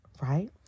right